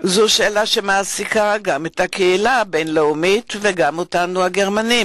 שאלה שמעסיקה גם את הקהילה הבין-לאומית וגם אותנו הגרמנים.